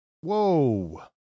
Whoa